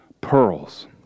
pearls